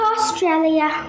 Australia